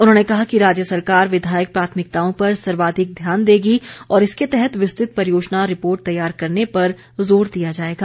उन्होंने कहा कि राज्य सरकार विधायक प्राथमिकताओं पर सर्वाधिक ध्यान देगी और इसके तहत विस्तृत परियोजना रिपोर्ट तैयार करने पर जोर दिया जाएगा